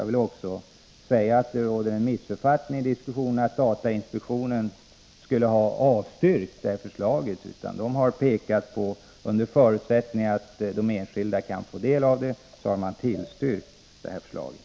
Vidare föreligger en missuppfattning i diskussionen, om att datainspektionen skulle ha avstyrkt det här förslaget. Datainspektionen har sagt att man tillstyrker förslaget under förutsättning att enskilda kan få del av det.